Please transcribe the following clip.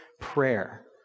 prayer